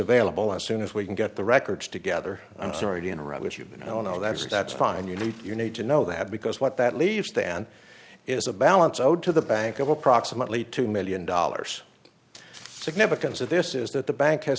available as soon as we can get the records together i'm sorry to interrupt you but no no that's that's fine you need you need to know that because what that leaves then is a balance owed to the bank of approximately two million dollars significance of this is that the bank has